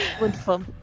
Wonderful